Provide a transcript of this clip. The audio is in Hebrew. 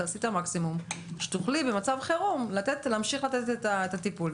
תעשי את המקסימום שתוכלי במצב חירום להמשיך לתת את הטיפול.